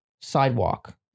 Sidewalk